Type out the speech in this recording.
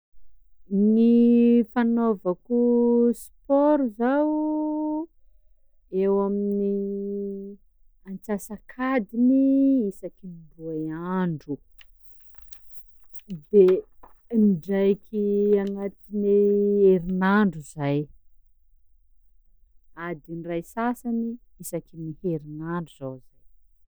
Gny fanaovako sport zao eo amin'ny antsasak'adiny isaky ny roe andro, de ndraiky agnatin'ny herinandro zay, adiny ray sasany isaky ny herignandro zao zay.